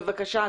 בבקשה,